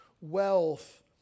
wealth